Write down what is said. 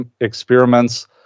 experiments